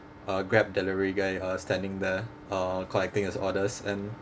a Grab delivery guy uh standing there uh collecting his orders and